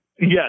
Yes